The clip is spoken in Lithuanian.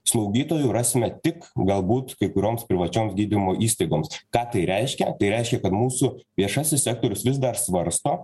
slaugytojų rasim tik galbūt kai kurioms privačioms gydymo įstaigoms ką tai reiškia tai reiškia kad mūsų viešasis sektorius vis dar svarsto